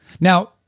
Now